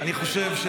עזוב אותך.